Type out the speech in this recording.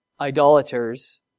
Idolaters